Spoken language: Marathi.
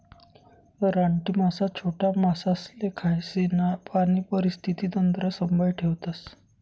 रानटी मासा छोटा मासासले खायीसन पाणी परिस्थिती तंत्र संभाई ठेवतस